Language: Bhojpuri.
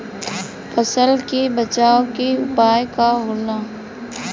फसल के बचाव के उपाय का होला?